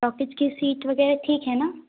talkies की seat वगेरह ठीक है ना